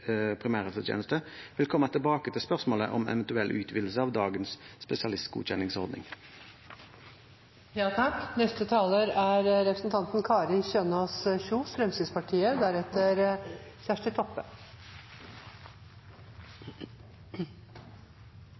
primærhelsetjeneste vil komme tilbake til spørsmålet om eventuell utvidelse av dagens